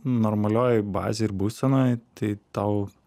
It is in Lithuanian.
normalioj bazėj ir būsenoj tai tau